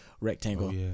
rectangle